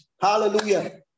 Hallelujah